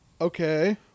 Okay